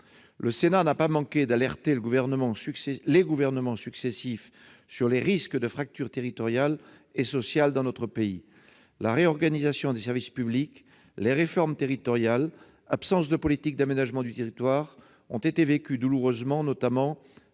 Le Sénat n'a pas manqué d'alerter les gouvernements successifs sur les risques de fracture territoriale et sociale dans notre pays. La réorganisation des services publics et les réformes territoriales additionnées à l'absence de politique d'aménagement du territoire ont été vécues douloureusement, notamment